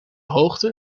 hoogte